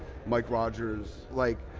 mike rogers. like